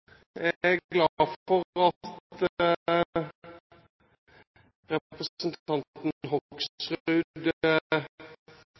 Jeg er glad for at representanten